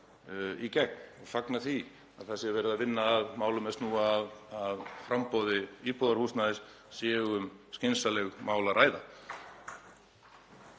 í gegn. Ég fagna því að verið sé að vinna að málum er snúa að framboði á íbúðarhúsnæði sé um skynsamleg mál að ræða.